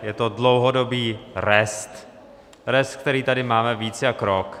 Je to dlouhodobý rest, který tady máme víc jak rok.